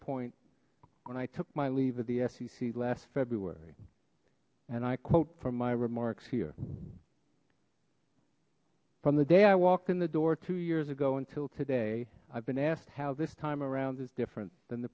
point when i took my leave of the sec last februari and i quote from my remarks here from the day i walked in the door two years ago until today i've been asked how this time around is different than the